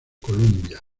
columbia